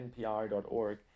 npr.org